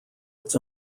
its